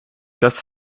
das